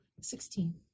Sixteen